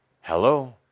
Hello